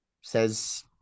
says